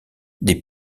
des